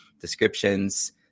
descriptions